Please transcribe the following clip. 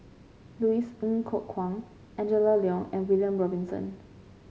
Louis Ng Kok Kwang Angela Liong and William Robinson